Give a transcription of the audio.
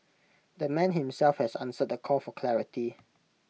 the man himself has answered the call for clarity